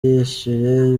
yishyuye